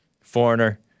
foreigner